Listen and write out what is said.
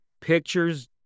pictures